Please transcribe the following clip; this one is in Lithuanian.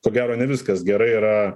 ko gero ne viskas gerai yra